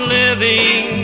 living